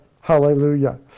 Hallelujah